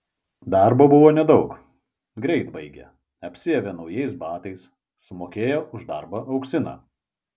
darbo buvo nedaug greit baigė apsiavė naujais batais sumokėjo už darbą auksiną